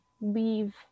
leave